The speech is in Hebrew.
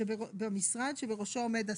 שבמשרד שבראשו עומד השר.